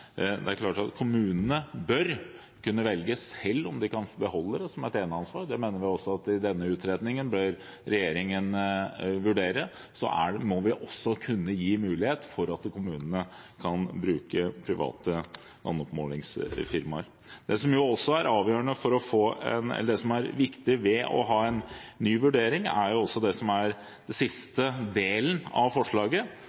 Det er klart at kommunene selv bør kunne velge om de kan beholde det som et eneansvar, det mener vi også i denne utredningen at regjeringen bør vurdere. Så må man også kunne gi mulighet for at kommunene kan bruke private landoppmålingsfirmaer. Det som er viktig ved å ha en ny vurdering, er også det som er siste delen av forslaget, at vi må vurdere en autorisasjons- og sertifiseringsordning for denne typen tjenester. Det var den delen som falt bort da den